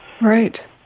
right